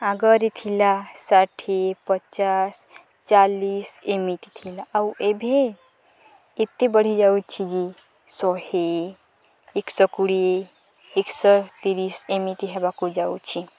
ଆଗରେ ଥିଲା ଷାଠିଏ ପଚାଶ ଚାଲିଶ ଏମିତି ଥିଲା ଆଉ ଏବେ ଏତେ ବଢ଼ିଯାଉଛି ଯେ ଶହେ ଏକଶହ କୋଡ଼ିଏ ଏକଶହ ତିରିଶ ଏମିତି ହେବାକୁ ଯାଉଛି